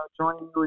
joining